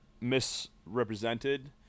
misrepresented –